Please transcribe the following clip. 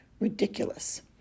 ridiculous